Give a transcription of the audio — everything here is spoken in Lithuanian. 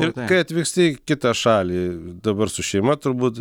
ir kai atvyksti į kitą šalį dabar su šeima turbūt